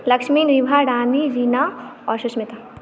लक्ष्मी निभा रानी रीना आओर सुष्मिता